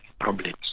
problems